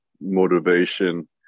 motivation